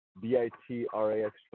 B-I-T-R-A-X